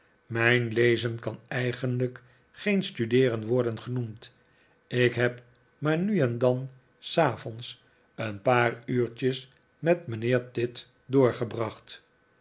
mijn lezen kan eigenlijk geen studeeren worden genoemd ik neb maar nu en dan s avonds een paar uurtjes met mijnheer tidd doorgebracht